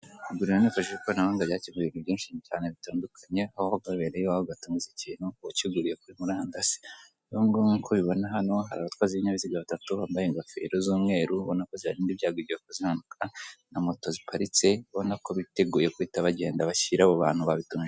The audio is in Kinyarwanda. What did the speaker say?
Kugura hifashishije ikoranabuhanga byakemyuye ibinyu byinshi bitandukanye, aho uba wibereye iwawe ugatumiza ikintu ukiguriye kuri murandasi. Rero nkuko ubibona hano hari abatwazi b'ibinyabiziga abatatu bambaye ingofero z'umweru ubona ko z'ibarinda igihe hakoze impanuka, na moto ziparitse urabona ko biteguye guhita bagenda bashyira abo bantu babitumije.